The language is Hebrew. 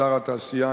שר התעשייה,